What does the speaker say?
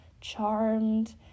Charmed